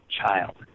child